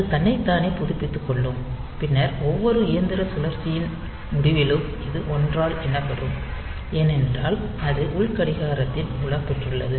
அது தன்னைத்தானே புதுப்பித்துக் கொள்ளும் பின்னர் ஒவ்வொரு இயந்திர சுழற்சியின் முடிவிலும் இது 1 ஆல் எண்ணப்படும் ஏனென்றால் அது உள் கடிகாரத்தின் மூலம் பெற்றுள்ளது